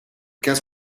quinze